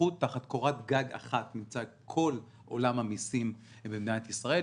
איחוד תחת קורת גג אחת נמצא את כל עולם המסים במדינת ישראל.